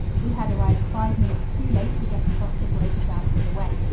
we had arrived five minutes too late to get across the bridge and out of the way.